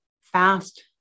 fast